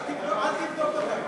אחד העיתונאים שאל אותו: אדוני המזכיר,